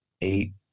eight